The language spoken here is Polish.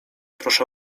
proszę